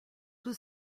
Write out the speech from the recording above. was